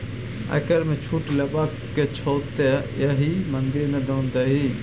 आयकर मे छूट लेबाक छौ तँ एहि मंदिर मे दान दही